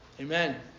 Amen